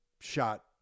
shot